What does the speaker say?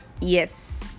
yes